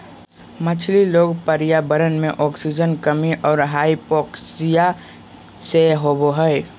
मछली रोग पर्यावरण मे आक्सीजन कमी और हाइपोक्सिया से होबे हइ